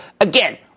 Again